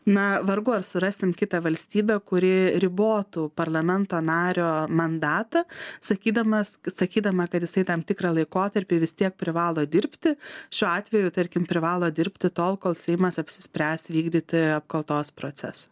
na vargu ar surasim kitą valstybę kuri ribotų parlamento nario mandatą sakydamas sakydama kad jisai tam tikrą laikotarpį vis tiek privalo dirbti šiuo atveju tarkim privalo dirbti tol kol seimas apsispręs vykdyti apkaltos procesą